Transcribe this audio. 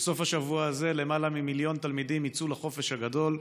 בסוף השבוע הזה למעלה ממיליון תלמידים יצאו לחופש הגדול,